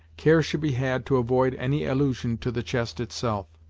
care should be had to avoid any allusion to the chest itself.